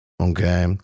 Okay